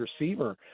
receiver